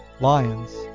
Lions